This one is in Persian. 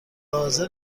حاضر